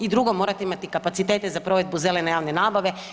I drugo, morate imati kapacitete za provedbu zelene javne nabave.